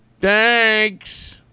Thanks